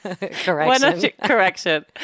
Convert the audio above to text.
Correction